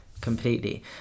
completely